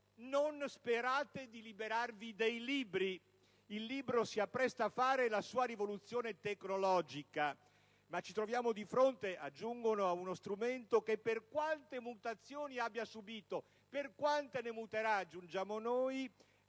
«Non sperate di liberarvi dei libri. Il libro si appresta a fare la sua rivoluzione tecnologica, ma ci troviamo di fronte - aggiungono - a uno strumento che per quante mutazioni abbia subito» - e per quante ne subirà, aggiungiamo noi